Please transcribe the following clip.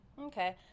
Okay